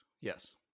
Yes